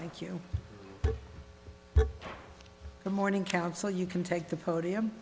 thank you the morning council you can take the podium